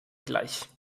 gleich